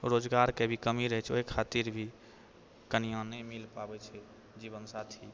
रोजगारके भी कमी रहै छै ओहि खातिर भी कनिआँ नै मिल पाबै छै जीवनसाथी